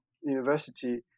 University